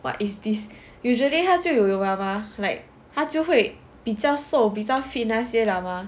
what is this usually 它就有了嘛 like 他就会比较瘦比较 fit 了吗